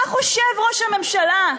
מה חושב ראש הממשלה?